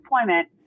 deployment